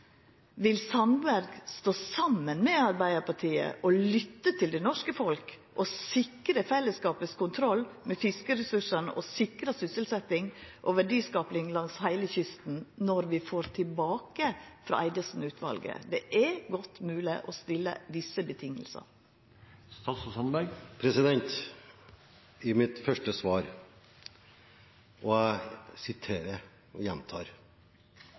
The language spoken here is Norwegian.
Vil Sandberg stå saman med Arbeidarpartiet og lytta til det norske folket, sikra fellesskapen kontroll med fiskeressursane og sikra sysselsetjing og verdiskaping langs heile kysten når vi får innstillinga frå Eidesen-utvalet? Det er godt mogleg å stilla visse vilkår. I mitt første svar